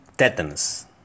Tetanus